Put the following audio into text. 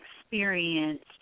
experienced